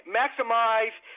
maximize